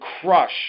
crush